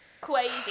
Crazy